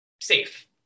safe